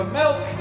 milk